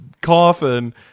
coffin